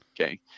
okay